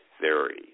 theory